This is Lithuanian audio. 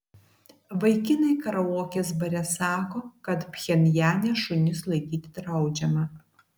vaikinai karaokės bare sako kad pchenjane šunis laikyti draudžiama